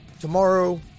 tomorrow